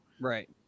right